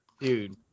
Dude